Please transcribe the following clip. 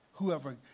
whoever